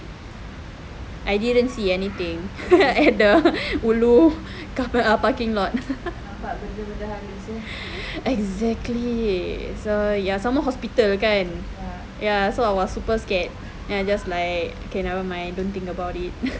I didn't see anything at the ulu car park ah parking lot exactly so ya some more hospital kan ya so I was super scared then I just like okay never mind don't think about it